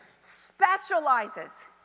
specializes